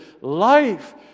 life